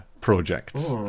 projects